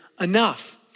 enough